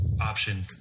option